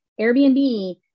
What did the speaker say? Airbnb